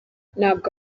ntabwo